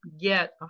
get